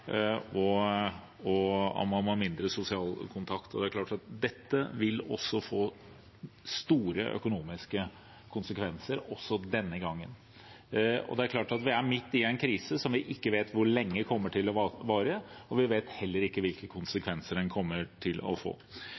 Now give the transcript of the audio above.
og vi må ha mindre sosial kontakt. Det er klart at dette vil få store økonomiske konsekvenser, også denne gangen. Vi er midt i en krise. Vi vet ikke hvor lenge den kommer til å vare, og vi vet heller ikke hvilke konsekvenser den kommer til å få.